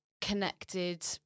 connected